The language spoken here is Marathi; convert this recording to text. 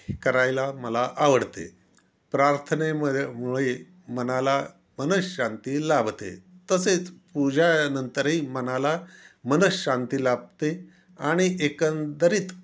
करायला मला आवडते प्रार्थनेमध्ये मुळे मनाला मन शांती लाभते तसेच पूजेनंतरही मनाला मन शांती लाभते आणि एकंदरीत